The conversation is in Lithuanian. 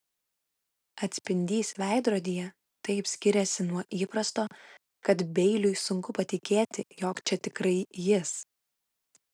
atspindys veidrodyje taip skiriasi nuo įprasto kad beiliui sunku patikėti jog čia tikrai jis